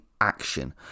action